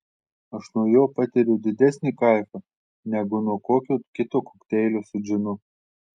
aš nuo jo patiriu didesnį kaifą negu nuo kokio kito kokteilio su džinu